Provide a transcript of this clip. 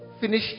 Finish